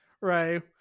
right